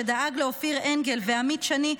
שדאג לאופיר אנגל ועמית שני,